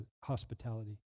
hospitality